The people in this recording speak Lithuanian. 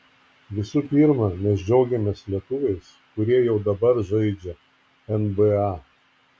visų pirma mes džiaugiamės lietuviais kurie jau dabar žaidžia nba